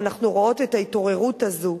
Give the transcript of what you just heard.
ואנחנו רואות את ההתעוררות הזאת.